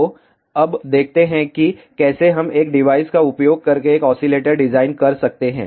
तो अब देखते हैं कि कैसे हम एक डिवाइस का उपयोग करके एक ऑसीलेटर डिजाइन कर सकते हैं